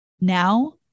now